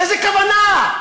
איזה כוונה?